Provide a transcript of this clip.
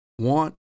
want